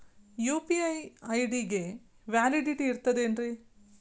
UPI ID ಗೆ validity ಇರತದ ಏನ್ರಿ?